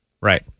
Right